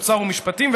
אוצר ומשפטים,